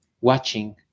watching